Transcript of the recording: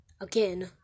Again